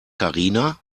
karina